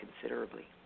considerably